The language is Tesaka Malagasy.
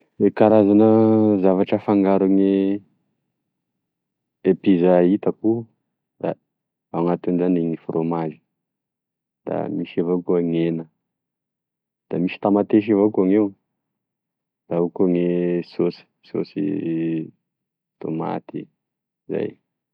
E karazana zavatra afangaro amigne e pizza itako da ao anatin'izany gne frômazy, da misy avao koa gne hena, da misy tamatesy avao koa gn'eo, da ao koa gne saosy- saosy tomaty zay.